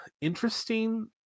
interesting